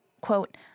quote